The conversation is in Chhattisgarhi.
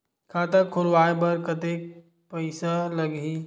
खाता खुलवाय बर कतेकन पईसा लगही?